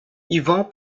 ivan